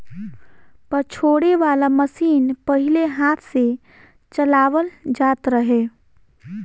पछोरे वाला मशीन पहिले हाथ से चलावल जात रहे